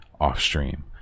off-stream